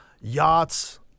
yachts